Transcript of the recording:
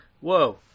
Whoa